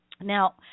Now